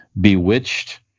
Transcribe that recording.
*Bewitched*